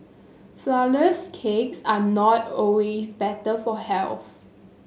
flourless cakes are not always better for health